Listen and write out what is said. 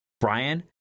Brian